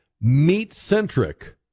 Meat-centric